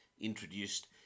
introduced